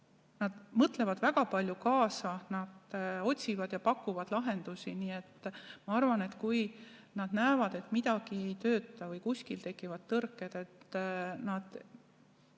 nad mõtlevad väga palju kaasa, nad otsivad ja pakuvad lahendusi. Nii et ma arvan, et kui nad näevad, et midagi ei tööta või kuskil tekivad tõrked, siis